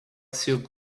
silk